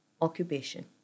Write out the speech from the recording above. occupation